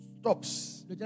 stops